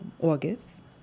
August